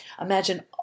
Imagine